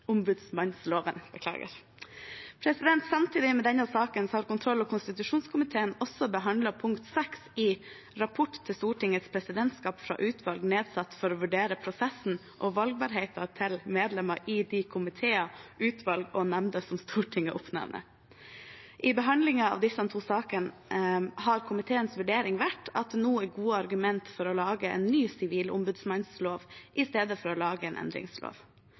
Samtidig med denne saken har kontroll- og konstitusjonskomiteen også behandlet punkt 6 i Rapport til Stortingets presidentskap fra utvalg nedsatt for å vurdere prosessen og valgbarheten til medlemmer i de komiteer, utvalg og nemnder som Stortinget oppnevner. I behandlingen av disse to sakene har komiteens vurdering vært at det nå er gode argumenter for å lage en ny sivilombudsmannslov i stedet for å lage en endringslov.